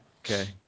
Okay